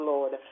Lord